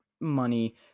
money